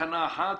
תקנה 1?